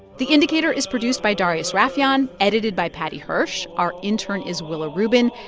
the indicator is produced by darius rafieyan, edited by paddy hirsch. our intern is willa rubin.